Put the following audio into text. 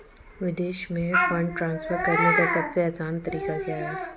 विदेश में fund transfer करने का सबसे आसान तरीका क्या है?